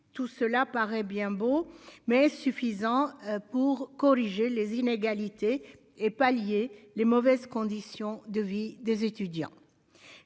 tout cela paraît bien beau mais suffisant pour corriger les inégalités et pallier les mauvaises conditions de vie des étudiants.